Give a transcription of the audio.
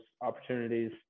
opportunities